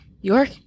york